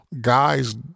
guys